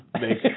Make